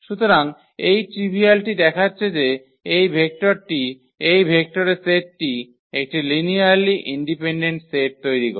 সুতরাং এই ট্রিভিয়ালটি দেখাচ্ছে যে এই ভেক্টরটি এই ভেক্টরের সেটটি একটি লিনিয়ারলি ইন্ডিপেন্ডেন্ট সেট তৈরি করে